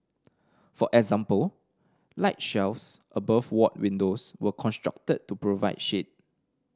for example light shelves above ward windows were constructed to provide shade